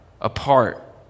apart